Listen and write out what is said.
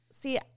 See